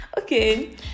Okay